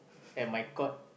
at my court